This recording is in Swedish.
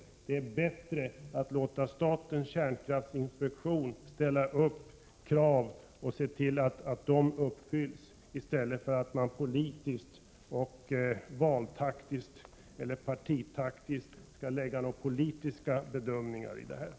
Det är bättre att låta statens kärnkraftinspektion ställa upp krav och se till att de uppfylls än att politiskt, valtaktiskt eller partitaktiskt bedöma frågorna.